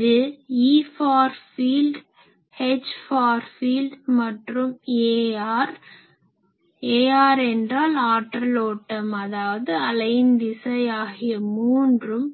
இது E for field H for field மற்றும் ar ar என்றால் ஆற்றல் ஓட்டம் அதாவது அலையின் திசை ஆகிய மூன்றும்